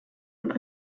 und